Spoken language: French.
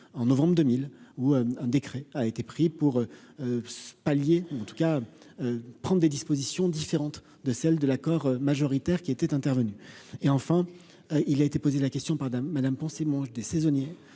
en novembre 2000, ou un décret a été pris pour pallier ou en tout cas, prendre des dispositions différentes de celles de l'accord majoritaire, qui était intervenu et, enfin, il a été posé la question par dame madame mange des saisonniers,